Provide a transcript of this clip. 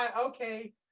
okay